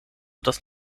das